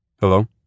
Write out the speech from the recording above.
Hello